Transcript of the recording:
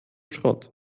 schrott